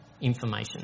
information